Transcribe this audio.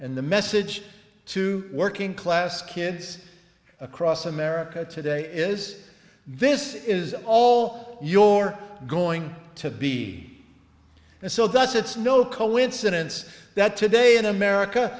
and the message to working class kids across america today is this is all your going to be and so that's it's no coincidence that today in america